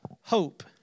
hope